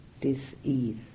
dis-ease